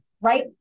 right